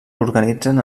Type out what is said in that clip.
organitzen